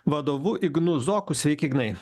vadovu ignu zoku sveiki ignai